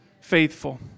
faithful